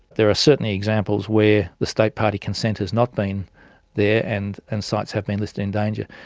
there are certainly examples where the state party consent has not been there and and sites have been listed in danger.